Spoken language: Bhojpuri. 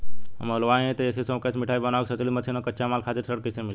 हम हलुवाई हईं त ए.सी शो कैशमिठाई बनावे के स्वचालित मशीन और कच्चा माल खातिर ऋण कइसे मिली?